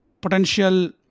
potential